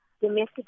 domestic